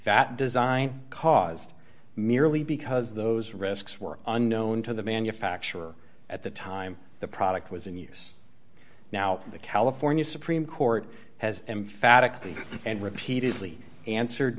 that design caused merely because those risks were unknown to the manufacturer at the time the product was in use now the california supreme court has emphatically and repeatedly answered